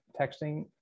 texting